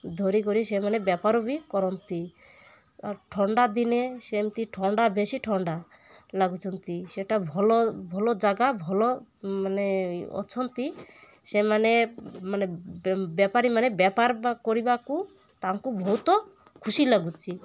ଧରିକରି ସେମାନେ ବେପାର ବି କରନ୍ତି ଆଉ ଥଣ୍ଡା ଦିନେ ସେମିତି ଥଣ୍ଡା ବେଶୀ ଥଣ୍ଡା ଲାଗୁଛନ୍ତି ସେଟା ଭଲ ଭଲ ଜାଗା ଭଲ ମାନେ ଅଛନ୍ତି ସେମାନେ ମାନେ ବେପାରୀ ମାନେ ବେପାର ବା କରିବାକୁ ତାଙ୍କୁ ବହୁତ ଖୁସି ଲାଗୁଛି